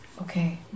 Okay